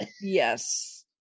Yes